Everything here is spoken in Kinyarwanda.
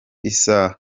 isaha